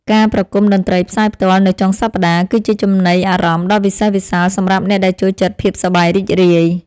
ការប្រគំតន្ត្រីផ្សាយផ្ទាល់នៅចុងសប្តាហ៍ គឺជាចំណីអារម្មណ៍ដ៏វិសេសវិសាលសម្រាប់អ្នកដែលចូលចិត្តភាពសប្បាយរីករាយ។